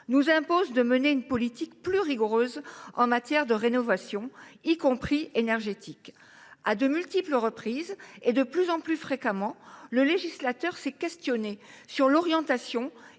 nous imposent de mener une politique plus rigoureuse en matière de rénovation, y compris énergétique. À de multiples reprises, et de plus en plus fréquemment, le législateur s’est interrogé sur l’orientation